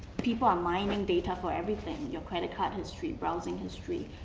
people are mining data for everything, your credit card history, browsing history,